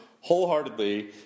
wholeheartedly